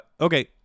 Okay